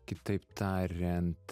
kitaip tariant